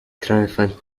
triumphant